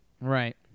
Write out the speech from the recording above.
Right